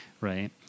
right